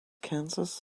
kansas